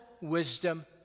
wisdom